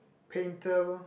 painter